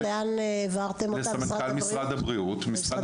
את המסקנות העברנו למשרד הבריאות ומשרד